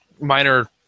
minor